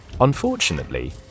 Unfortunately